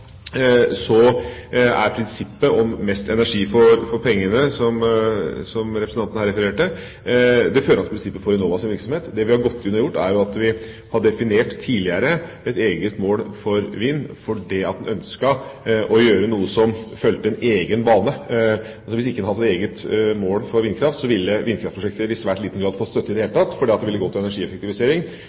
er prinsippet om «mest energi for pengene», som representanten her refererte, det førende prinsippet for Enovas virksomhet. Det vi har gått inn og gjort, er at vi tidligere har definert et eget mål for vindkraft, fordi vi ønsket å gjøre noe som fulgte en egen bane. For hvis en ikke hadde et eget mål for vindkraft, ville vindkraftprosjekter i svært liten grad fått støtte, for det ville gått til energieffektivisering og varmeprosjekter og til